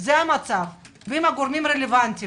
זה המצב, אם הגורמים הרלוונטיים